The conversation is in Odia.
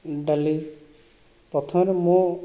ଡାଲି ପ୍ରଥମରେ ମୁଁ